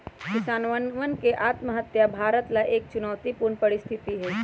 किसानवन के आत्महत्या भारत ला एक चुनौतीपूर्ण परिस्थिति हई